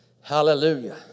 Hallelujah